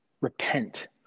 repent